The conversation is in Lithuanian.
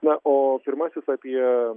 na o pirmasis apie